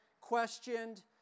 questioned